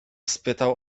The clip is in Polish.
spytał